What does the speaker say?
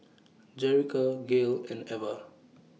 Jerica Gale and Ever